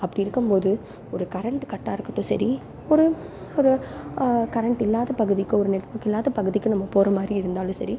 அப்படி இருக்கும் போது ஒரு கரண்ட்டு கட்டாக இருக்கட்டும் சரி ஒரு ஒரு கரண்ட் இல்லாத பகுதிக்கோ ஒரு நெட்வொர்க் இல்லாத பகுதிக்கோ நம்ம போகிற மாதிரி இருந்தாலும் சரி